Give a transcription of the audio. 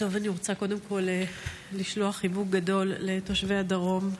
אני רוצה קודם כול לשלוח חיבוק גדול לתושבי הדרום,